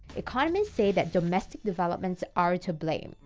economists say that domestic developments are to blame.